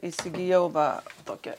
įsigijau va tokią